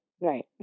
Right